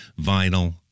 vinyl